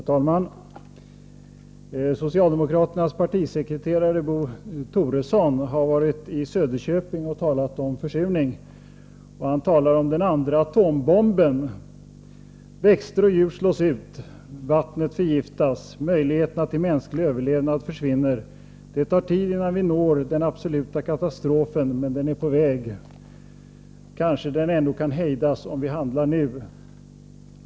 Herr talman! Socialdemokraternas partisekreterare Bo Toresson har varit i Söderköping och talat om försurning. Han talar om den andra atombomben. Växter och djur slås ut. Vattnet förgiftas. Möjligheterna till mänsklig överlevnad försvinner. Det tar tid innan vi når den absoluta katastrofen, men den är på väg. Kanske den ändå kan hejdas om vi handlar nu.